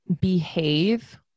behave